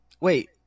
Wait